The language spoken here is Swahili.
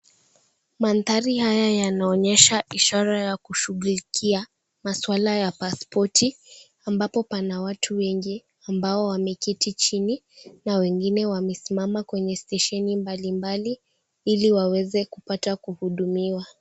Mandhari haya yanaonyesha ishara ya kushughulikia maswala ya pasipoti ambapo pana watu wengi ambao wameketi chini, na wengine wamesimama kwenye stesheni mbalimbali ili waweze kupata kuhudumiwa.